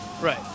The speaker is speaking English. Right